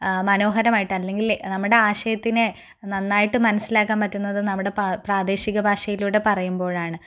മനോഹരമായിട്ട് അല്ലെങ്കിൽ നമ്മുടെ ആശയത്തിനെ നന്നായിട്ട് മനസ്സിലാക്കാൻ പറ്റുന്നത് നമ്മുടെ പ്രാദേശിക ഭാഷയിലൂടെ പറയുമ്പോഴാണ്